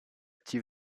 actif